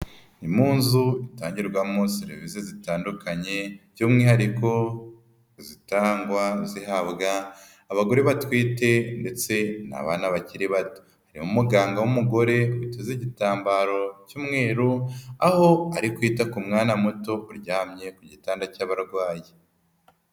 Impunzu itangirwamo serivisi zitandukanye by'umwihariko izitangwa zihabwa abagore batwite ndetse n'bana bakiri bato, harimo umuganga w'umugore witeze igitambaro cy'umweru aho ari kwita ku mwana muto uryamye ku gitanda cy'abarwayi.